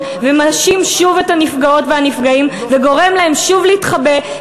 ומאשים שוב את הנפגעות והנפגעים וגורם להם שוב להתחבא,